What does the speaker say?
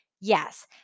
Yes